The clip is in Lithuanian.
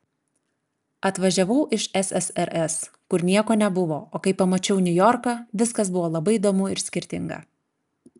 atvažiavau iš ssrs kur nieko nebuvo o kai pamačiau niujorką viskas buvo labai įdomu ir skirtinga